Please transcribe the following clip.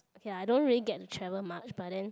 ya I don't really get to travel much but then